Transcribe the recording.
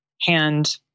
hand